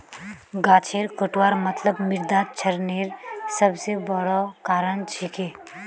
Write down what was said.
गाछेर कटवार मतलब मृदा क्षरनेर सबस बोरो कारण छिके